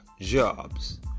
jobs